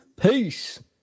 Peace